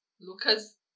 Lucas